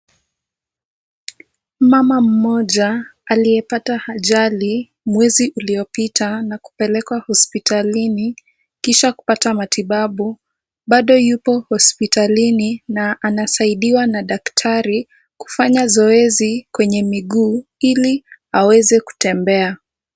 Mama mmoja aliyepata ajali mwezi uliopita na kupelekwa hospitalini kisha kupata matibabu, bado yupo hospitalini na anasaidiwa na daktari kufanya zoezi kwenye miguu ili aweze kutembea.